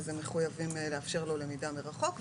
אז הם מחוייבים לאפשר לו למידה מרחוק.